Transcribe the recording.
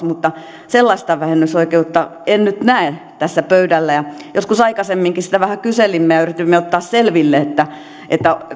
mutta sellaista vähennysoikeutta en nyt näe tässä pöydällä ja joskus aikaisemminkin sitä vähän kyselimme ja yritimme ottaa selville